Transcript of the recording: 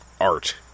art